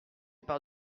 par